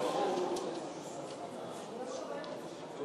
אני לא מקבלת את זה.